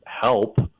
help